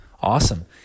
Awesome